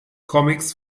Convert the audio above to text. comics